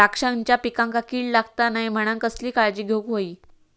द्राक्षांच्या पिकांक कीड लागता नये म्हणान कसली काळजी घेऊक होई?